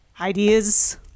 ideas